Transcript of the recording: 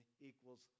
equals